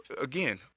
again